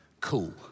Cool